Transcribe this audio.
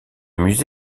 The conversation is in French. musée